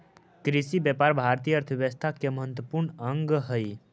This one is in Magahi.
कृषिव्यापार भारतीय अर्थव्यवस्था के महत्त्वपूर्ण अंग हइ